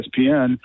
ESPN –